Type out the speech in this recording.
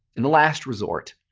in the last resort,